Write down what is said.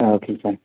ஆ ஓகேங்க சார்